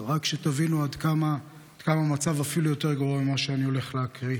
רק תבינו עד כמה המצב אפילו יותר גרוע ממה שאני הולך להקריא.